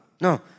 No